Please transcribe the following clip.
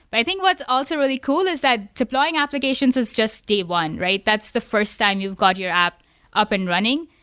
but i think what's also really cool is that deploying applications is day one, right? that's the first time you've got your app up and running,